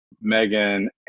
Megan